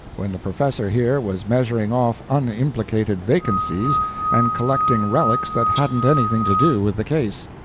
when the professor here was measuring off unimplicated vacancies and collecting relics that hadn't anything to do with the case.